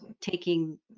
taking